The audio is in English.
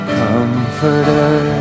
comforter